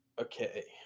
Okay